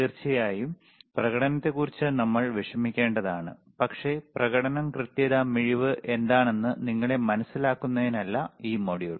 തീർച്ചയായും പ്രകടനത്തെക്കുറിച്ച് നമ്മൾ വിഷമിക്കേണ്ടതാണ് പക്ഷേ പ്രകടനം കൃത്യത മിഴിവ് എന്താണെന്ന് നിങ്ങളെ മനസിലാക്കുന്നതിനല്ല ഈ മൊഡ്യൂൾ